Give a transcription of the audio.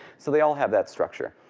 so they all have that structure.